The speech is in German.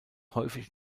häufig